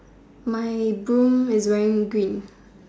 my broom is wearing green